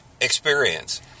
experience